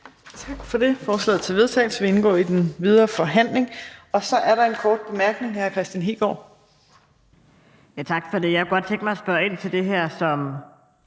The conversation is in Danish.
Tak for det. Forslaget til vedtagelse vil indgå i den videre forhandling. Så er der en kort bemærkning fra hr. Kristian Hegaard. Kl. 18:30 Kristian Hegaard (RV): Tak for det. Jeg kunne godt tænke mig at spørge ind til det her, som